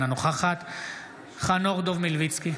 אינה נוכחת חנוך דב מלביצקי,